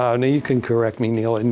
ah and you can correct me, neil, and